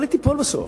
אבל היא תיפול בסוף,